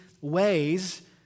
ways